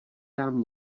dám